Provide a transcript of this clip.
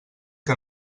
que